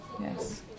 Yes